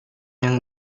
yang